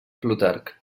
plutarc